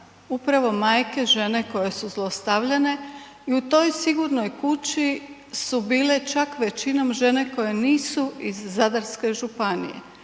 upravo majke, žene koje su zlostavljane i u toj sigurnoj kući su bile čak većinom žene koje nisu iz Zadarske županije,